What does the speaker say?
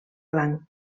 blanc